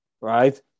right